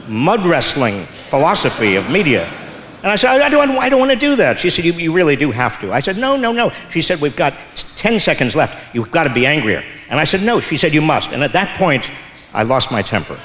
mud wrestling philosophy of media and i said i do i do i don't want to do that she said you really do have to i said no no no she said we've got ten seconds left you got to be angrier and i said no she said you must and at that point i lost my temper